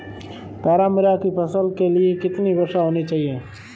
तारामीरा की फसल के लिए कितनी वर्षा होनी चाहिए?